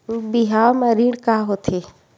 बिहाव म ऋण का होथे?